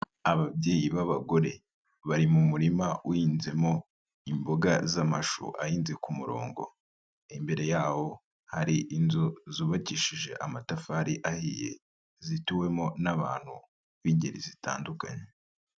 Ababyeyi b'abagore, bari mu murima uhinzemo imboga z'amashu ahinze ku murongo, imbere yaho hari inzu zubakishije amatafari ahiye zituwemo n'abantu b'ingeri zitandukanye.